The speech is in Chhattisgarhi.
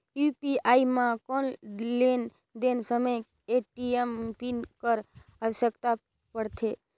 यू.पी.आई म कौन लेन देन समय ए.टी.एम पिन कर आवश्यकता पड़थे?